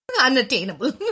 Unattainable